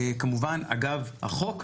כמובן אגב החוק,